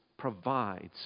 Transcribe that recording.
provides